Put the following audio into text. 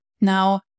Now